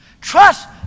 Trust